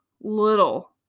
little